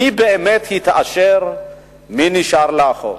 מי באמת התעשר ומי נשאר מאחור.